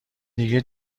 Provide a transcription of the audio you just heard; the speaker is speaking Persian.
دیگه